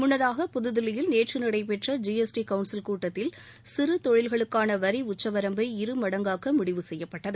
முன்னதாக புதுதில்லியில் நேற்று நடைபெற்ற ஜிஎஸ்டி கவுன்சில் கூட்டத்தில் சிறு தொழில்களுக்கான வரி உச்சவரம்பை இருமடங்காக்க முடிவு செய்யப்பட்டது